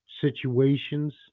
situations